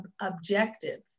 objective